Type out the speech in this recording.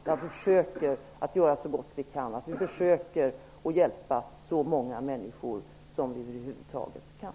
Vi försöker göra så gott vi kan. Vi försöker hjälpa så många människor som vi över huvud taget kan.